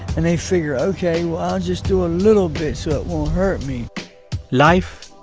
and they figure, ok, well, i'll just do a little bit, so it won't hurt me life,